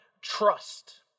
trust